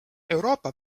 euroopa